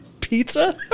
Pizza